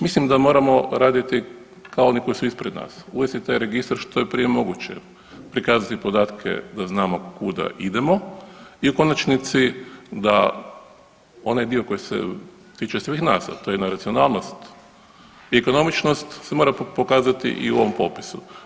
Mislim da moramo raditi kao oni koji su ispred nas, uvesti taj registar što je prije moguće, prikazati podatke da znamo kuda idemo i u konačnici da onaj dio koji se tiče svih nas, a to je racionalnost i ekonomičnost se mora pokazati i u ovom popisu.